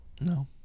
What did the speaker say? No